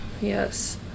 Yes